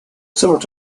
several